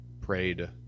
prayed